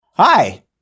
Hi